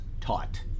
taught